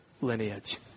lineage